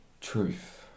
truth